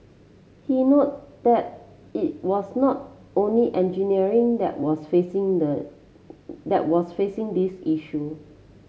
he note that it was not only engineering that was facing the that was facing this issue